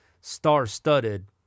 star-studded